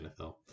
NFL